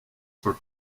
for